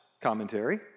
commentary